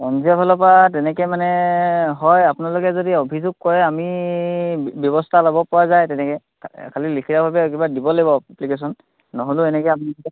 N G অ'ফালৰপৰা তেনেকৈ মানে হয় আপোনালোকে যদি অভিযোগ কৰে আমি ব্যৱস্থা ল'ব পৰা যায় তেনেকৈ খালী লিখিতভাৱে কিবা এটা দিব লাগিব এপ্লিকেশ্যন নহ'লেও এনেকৈ আপোনালোকে